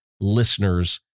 listeners